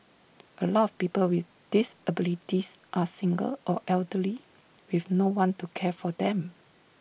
A lot of people with disabilities are single or elderly with no one to care for them